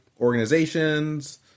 organizations